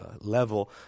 level